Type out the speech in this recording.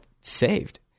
saved